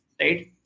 right